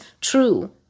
true